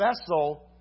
vessel